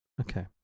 Okay